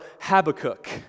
Habakkuk